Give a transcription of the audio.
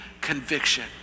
conviction